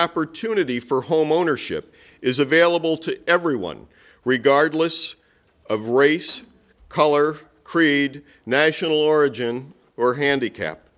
opportunity for homeownership is available to everyone regardless of race color creed national origin or handicap